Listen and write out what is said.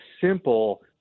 simple